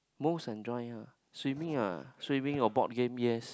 most enjoy ah swimming ah swimming or board game yes